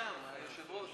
היא שם, היושב-ראש.